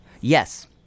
Yes